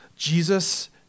Jesus